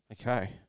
Okay